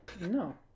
No